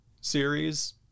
series